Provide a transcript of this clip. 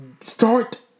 Start